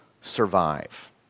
survive